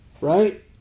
right